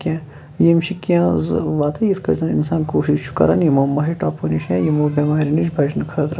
کیٚنٛہہ یِم چھِ کیٚنٛہہ زٕ وَتہٕ یِتھ کٲٹھۍ زَن اِنسان کوٗشِش چھُ کَران یِمو مٔہۍ ٹۄپو نِش یا یِمو بیٚماریٚو نِش بَچنہٕ خٲطرٕ